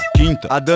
Quinta